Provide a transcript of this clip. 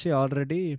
already